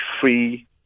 free